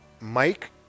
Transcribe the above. Mike